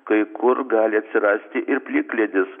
kai kur gali atsirasti ir plikledis